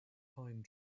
pine